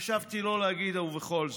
חשבתי לא להגיד, ובכל זאת: